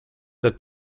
the